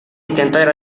intentar